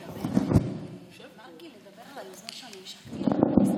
זה מהימים האלה שזה נראה כאילו קונסנזוס: כולם באים,